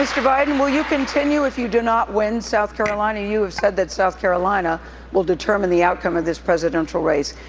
mr. biden, will you continue if you do not win south carolina? you have said that south carolina will determine the outcome of this presidential race.